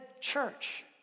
church